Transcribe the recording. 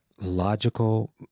logical